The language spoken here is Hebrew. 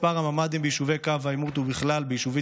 מספר הממ"דים ביישובי קו העימות בכלל וביישובים